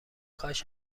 کاش